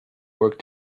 work